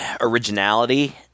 originality